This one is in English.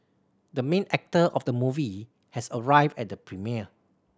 the main actor of the movie has arrived at the premiere